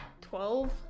Twelve